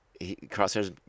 Crosshair's